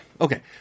okay